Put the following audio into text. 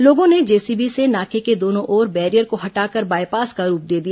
लोगों ने जेसीबी से नाके के दोनों ओर बैरियर को हटाकर बायपास का रूप दे दिया